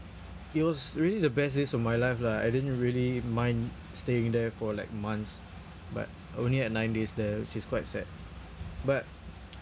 it was really the best days of my life lah I didn't really mind staying there for like months but only had nine days there which is quite sad but